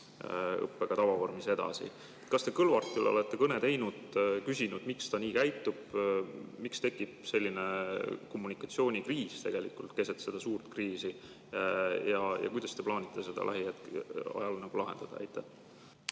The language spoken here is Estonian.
õppega tavavormis edasi. Kas te Kõlvartile olete kõne teinud, küsinud, miks ta nii käitub? Miks tekib selline kommunikatsioonikriis keset seda suurt kriisi? Kuidas te plaanite seda lähiajal lahendada?